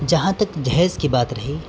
جہاں تک جہیز کی بات رہی